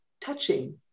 touching